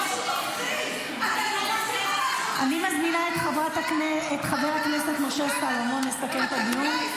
אני מזמינה את חבר הכנסת משה סולומון לסכם את הדיון.